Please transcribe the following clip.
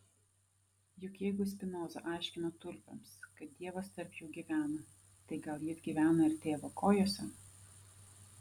juk jeigu spinoza aiškino tulpėms kad dievas tarp jų gyvena tai gal jis gyvena ir tėvo kojose